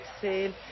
sale